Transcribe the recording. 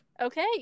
Okay